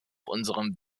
unseren